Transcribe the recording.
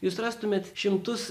jūs rastumėt šimtus